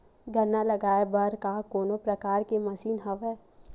गन्ना लगाये बर का कोनो प्रकार के मशीन हवय?